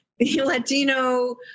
Latino